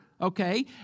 okay